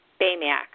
Baymax